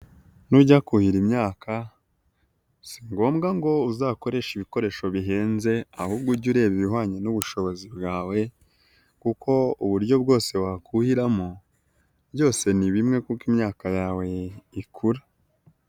Nujya kuhira imyaka si ngombwa ngo uzakoreshe ibikoresho bihenze ahubwo ujye ureba ibihwanye n'ubushobozi bwawe kuko uburyo bwose wakuhiramo byose ni bimwe kuko imyaka yawe ikura.